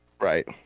Right